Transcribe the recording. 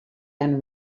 and